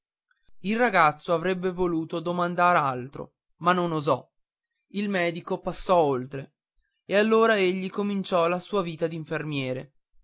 il ragazzo avrebbe voluto domandar altro ma non osò il medico passò oltre e allora egli cominciò la sua vita d'infermiere